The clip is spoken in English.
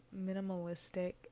minimalistic